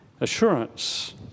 Assurance